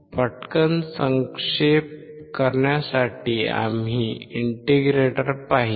पटकन संक्षेप करण्यासाठी आम्ही इंटिग्रेटर पाहिले